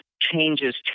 changes